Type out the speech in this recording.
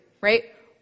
right